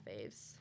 faves